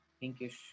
pinkish